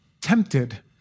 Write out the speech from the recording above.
tempted